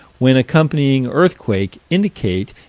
when accompanying earthquake, indicate,